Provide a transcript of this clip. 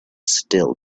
still